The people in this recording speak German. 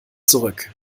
zurück